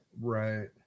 Right